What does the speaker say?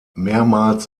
mehrmals